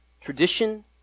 Tradition